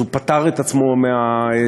אז הוא פטר את עצמו מהצרה,